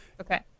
Okay